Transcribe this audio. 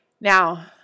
Now